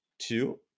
Two